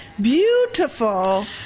beautiful